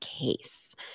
case